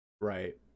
right